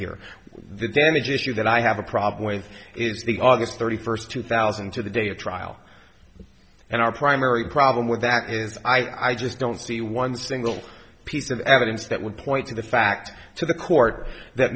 here the damage issue that i have a problem with is the august thirty first two thousand and to the day of trial and our primary problem with that is i just don't see one single piece of evidence that would point to the fact to the court that